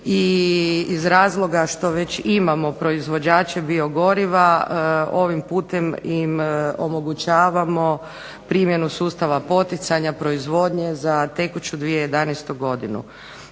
i iz razloga što već imamo proizvođače biogoriva ovim putem im omogućavamo primjenu sustava poticanja proizvodnje za tekuću 2011. godinu.